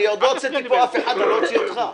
אני עוד לא הוצאתי אף אחד ואני לא אוציא אותך.